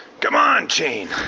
come on, chain!